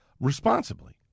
responsibly